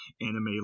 anime